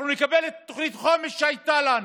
אנחנו נקבל את תוכנית החומש שהייתה לנו,